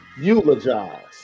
eulogize